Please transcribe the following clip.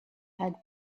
had